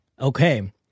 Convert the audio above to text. Okay